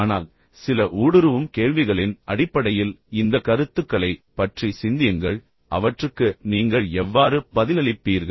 ஆனால் சில ஊடுருவும் கேள்விகளின் அடிப்படையில் இந்த கருத்துக்களைப் பற்றி சிந்தியுங்கள் அவற்றுக்கு நீங்கள் எவ்வாறு பதிலளிப்பீர்கள்